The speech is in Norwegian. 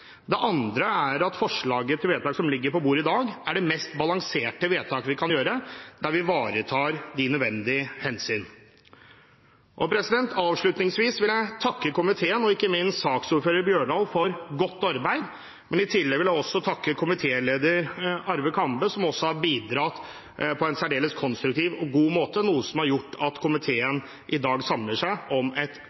Det andre er at det forslaget til vedtak som ligger på bordet i dag, er det mest balanserte vedtaket vi kan gjøre, der vi ivaretar de nødvendige hensyn. Avslutningsvis vil jeg takke komiteen – ikke minst saksordfører Holen Bjørdal – for godt arbeid. I tillegg vil jeg takke komitéleder Arve Kambe, som også har bidratt på en særdeles konstruktiv og god måte, noe som har gjort at komiteen i dag samler seg om et